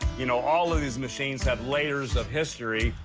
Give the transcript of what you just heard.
you know, all of these machines have layers of history.